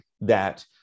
that-